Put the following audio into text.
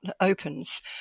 opens